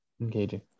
Engaging